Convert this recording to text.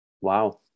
Wow